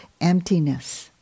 emptiness